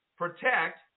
Protect